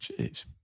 Jeez